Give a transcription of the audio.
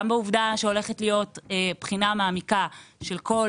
גם בעובדה שהולכת להיות בחינה מעמיקה של כל